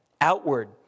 outward